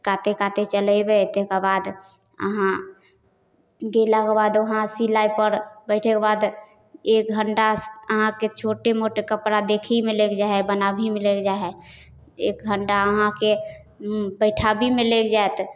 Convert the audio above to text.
काते काते चलेबै ताहिके बाद अहाँ देलाके बाद वहाँ सिलाइपर बैठैके बाद एक घण्टा अहाँके छोटेमोट कपड़ा देखैएमे लागि जाइ हइ बनाबैएमे लागि जाइ हइ एक घण्टा अहाँके बैठाबैमे लागि जाएत